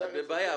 זו בעיה,